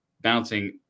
bouncing